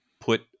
put